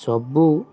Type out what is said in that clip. ସବୁ